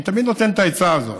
אני תמיד נותן את העצה הזאת: